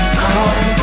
call